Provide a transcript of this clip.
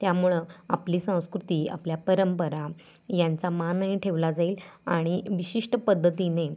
त्यामुळं आपली संस्कृती आपल्या परंपरा यांचा मानही ठेवला जाईल आणि विशिष्ट पद्धतीने